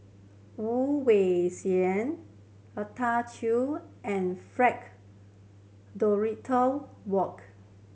Woon Wah Siang Rita and Frank Dorrington Wark